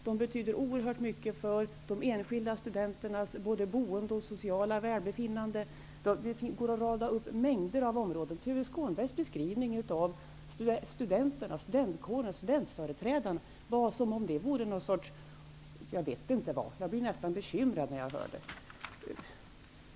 De betyder också oerhört mycket för de enskilda studenternas boende och sociala välbefinnande. Det går att rada upp mängder av sådana punkter. Jag vet inte hur jag skall karakterisera Tuve Skånbergs beskrivning av studentkårerna och studentföreträdarna. Den gör mig närmast bekymrad.